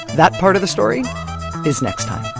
that part of the story is next time